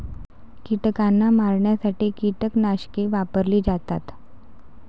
कीटकांना मारण्यासाठी कीटकनाशके वापरली जातात